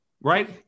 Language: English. right